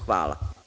Hvala.